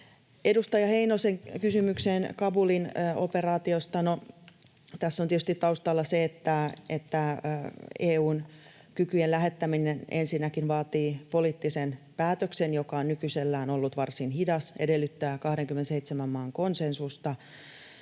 Edustaja Heinosen kysymykseen Kabulin operaatiosta: No, tässä on tietysti taustalla se, että EU:n kykyjen lähettäminen ensinnäkin vaatii poliittisen päätöksen, joka on nykyisellään ollut varsin hidas, ja edellyttää 27 maan konsensusta,